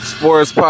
Sports